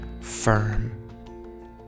firm